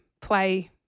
play